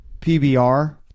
PBR